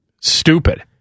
Stupid